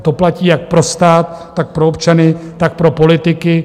To platí jak pro stát, tak pro občany, tak pro politiky.